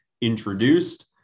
introduced